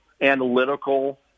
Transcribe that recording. analytical